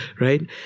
right